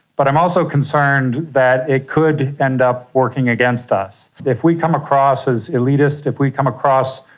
but i'm also concerned that it could end up working against us. if we come across as elitist, if we come across,